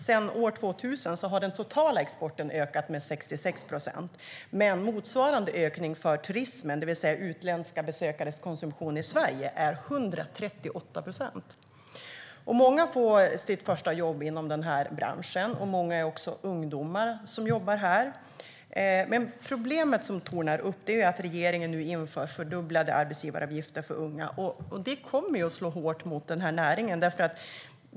Sedan år 2000 har den totala exporten ökat med 66 procent, men motsvarande ökning för turismen, det vill säga utländska besökares konsumtion i Sverige, är 138 procent. Många får sitt första jobb inom den här branschen, och det är också många ungdomar som jobbar där. Det problem som nu tornar upp sig är att regeringen inför fördubblade arbetsgivaravgifter för unga. Det kommer att slå hårt mot den här näringen.